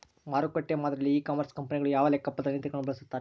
ಮಾರುಕಟ್ಟೆ ಮಾದರಿಯಲ್ಲಿ e commerce ಕಂಪನಿಗಳು ಯಾವ ಲೆಕ್ಕಪತ್ರ ನೇತಿಗಳನ್ನು ಬಳಸುತ್ತಾರೆ?